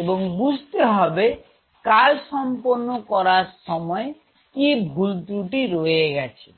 এবং বুঝতে হবে কাজ সম্পন্ন করার সময় কি ভুলত্রুটি রয়ে গেছে